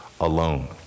alone